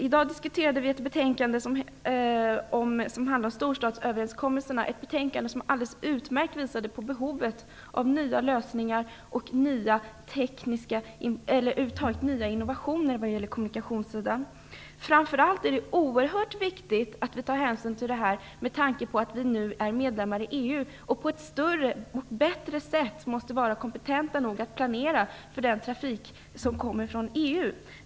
I dag diskuterade vi ett betänkande som handlade om storstadsöverenskommelserna. Det betänkandet visade på ett alldeles utmärkt sätt på behovet av nya lösningar och nya innovationer på kommunikationssidan. Framför allt med tanke på att vi nu är medlemmar i EU är det oerhört viktigt att vi tar hänsyn till detta. Vi måste på ett bättre sätt vara kompetenta nog att planera för den trafik som kommer från EU.